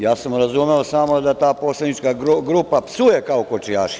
Ja sam razumeo samo da ta poslanička grupa psuje kao kočijaši.